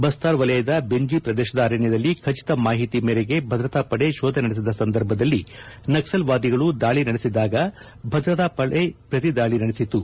ಬಸ್ತಾರ್ ವಲಯದ ಬೆಂಜಿ ಪ್ರದೇಶದ ಅರಣ್ಯದಲ್ಲಿ ಖಚಿತ ಮಾಹಿತಿ ಮೇರೆಗೆ ಭದ್ರತಾ ಪಡೆ ಶೋಧ ನಡೆಸಿದ ಸಂದರ್ಭದಲ್ಲಿ ನಕ್ಸಲ್ ವಾದಿಗಳು ದಾಳಿ ನಡೆಸಿದಾಗ ಭದ್ರತಾಪಡೆ ಪ್ರತಿದಾಳಿ ನಡೆಸಿತು